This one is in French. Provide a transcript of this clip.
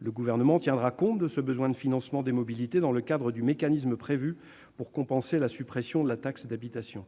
Le Gouvernement tiendra compte de ce besoin de financement des mobilités dans le cadre du mécanisme prévu pour compenser la suppression de la taxe d'habitation.